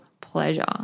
pleasure